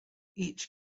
each